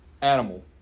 animal